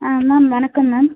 ஆ ma'am வணக்கம் ma'am